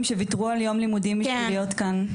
שוויתרו על יום לימודים בשביל להיות כאן?